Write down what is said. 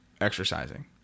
exercising